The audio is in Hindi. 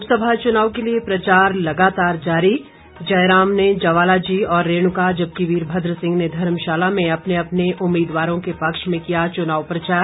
लोकसभा चुनाव के लिए प्रचार लगातार जारी जयराम ने ज्वालाजी और रेणुका जबकि वीरभद्र सिंह ने धर्मशाला में अपने अपने उम्मीदवारों के पक्ष में किया चुनाव प्रचार